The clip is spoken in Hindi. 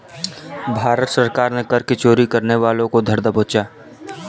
भारत सरकार ने कर की चोरी करने वालों को धर दबोचा